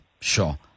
sure